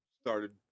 started